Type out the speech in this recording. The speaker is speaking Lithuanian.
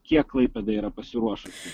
kiek klaipėda yra pasiruošusi